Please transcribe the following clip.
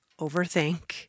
overthink